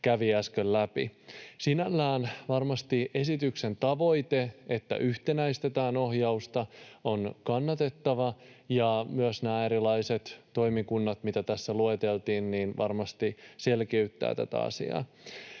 tätä äsken läpi. Sinällään varmasti esityksen tavoite, että yhtenäistetään ohjausta, on kannatettava, ja myös nämä erilaiset toimikunnat, mitä tässä lueteltiin, varmasti selkeyttävät tätä asiaa.